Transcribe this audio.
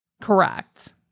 Correct